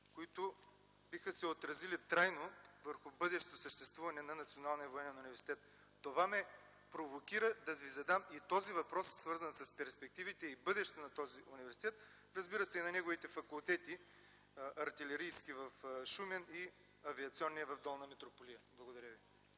които биха се отразили трайно върху бъдещото съществуване на Националния военен университет. Това ме провокира да Ви задам и този въпрос, свързан с перспективите и бъдещето на този университет, разбира се, и на неговите факултети – Артилерийския в Шумен и Авиационния в Долна Митрополия. Благодаря ви.